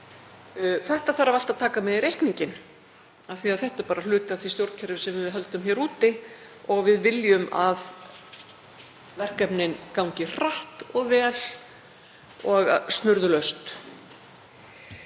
Þetta þarf allt að taka með í reikninginn af því að þetta er bara hluti af því stjórnkerfi sem við höldum úti og við viljum að verkefnin gangi hratt og vel og snurðulaust.